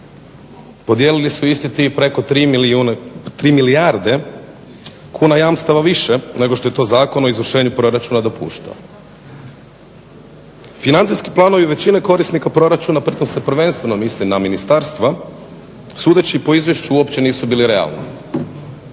Podijelili su isti ti i preko 3 milijarde kuna jamstava više nego što je to Zakon o izvršenja proračuna dopuštao. Financijski planovi većine korisnika proračuna, to se prvenstveno misli na ministarstva, sudeći po izvješću uopće nisu bili realni.